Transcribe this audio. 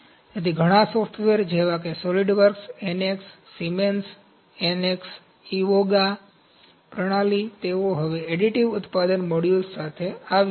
તેથી ઘણા સોફ્ટવેર જેવા કે સોલિડવર્કસ NX સિમેન્સ NX ઇવોગા પ્રણાલી તેઓ હવે એડિટિવ ઉત્પાદન મોડ્યુલ્સ સાથે આવ્યા છે